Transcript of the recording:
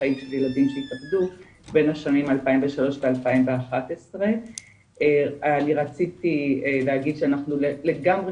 חיים של ילדים שהתאבדו בין השנים 2003-2011. אני רציתי להגיד שאנחנו לגמרי